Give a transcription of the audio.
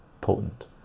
potent